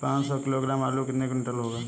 पाँच सौ किलोग्राम आलू कितने क्विंटल होगा?